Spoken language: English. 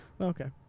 Okay